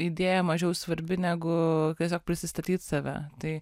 idėja mažiau svarbi negu tiesiog prisistatyt save tai